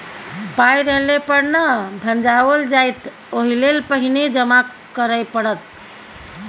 पाय रहले पर न भंजाओल जाएत ओहिलेल पहिने जमा करय पड़त